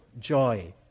joy